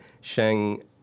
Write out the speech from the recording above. Sheng